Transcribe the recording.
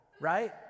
right